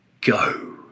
go